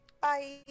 Bye